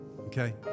Okay